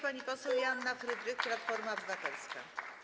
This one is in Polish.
Pani poseł Joanna Frydrych, Platforma Obywatelska.